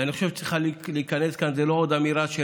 ואני חושב שצריכה להיכנס כאן, זו לא עוד אמירה של